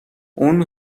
اون